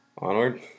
Onward